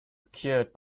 occurred